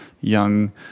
young